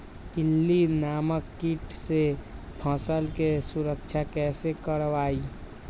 इल्ली नामक किट से फसल के सुरक्षा कैसे करवाईं?